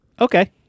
Okay